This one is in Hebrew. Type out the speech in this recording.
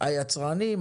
היצרנים,